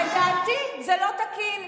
לדעתי זה לא תקין.